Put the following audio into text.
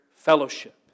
Fellowship